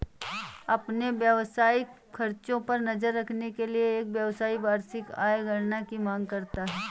अपने व्यावसायिक खर्चों पर नज़र रखने के लिए, एक व्यवसायी वार्षिक आय गणना की मांग करता है